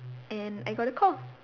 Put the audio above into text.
and I got a call